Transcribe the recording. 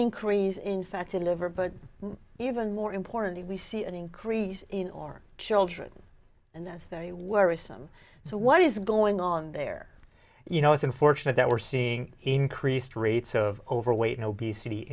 increase in fact a liver but even more importantly we see an increase in or children and this very worrisome so what is going on there you know it's unfortunate that we're seeing increased rates of overweight and obesity